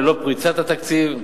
ללא פריצת התקציב.